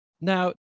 Now